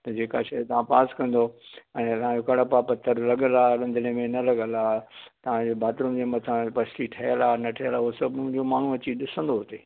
त जेका शइ तव्हां पास कंदव हाणे असांजो कहिड़ा पा पथर लॻलु आहे रंधिड़े में न लॻलु आहे तव्हांजे बाथरूम जे मथां पश्टी ठहियलु आहे न ठहियलु आहे उहो सभु मुंहिंजो माण्हू अची ॾिसंदो हुते